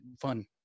fun